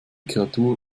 kreatur